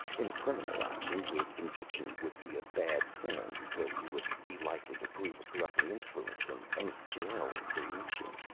in a criminal action your conviction would be a bad thing, because you would be likely to prove a corrupting influence in any jail in creation.